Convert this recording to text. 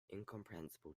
incomprehensible